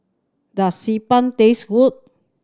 does Xi Ban taste good